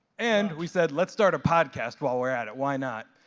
and we said, let's start a podcast while we're at it. why not?